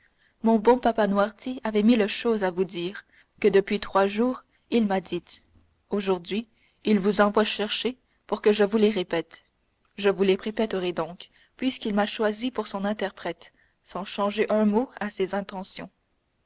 mon bon papa noirtier avait mille choses à vous dire que depuis trois jours il m'a dites aujourd'hui il vous envoie chercher pour que je vous les répète je vous les répéterai donc puisqu'il m'a choisie pour son interprète sans changer un mot à ses intentions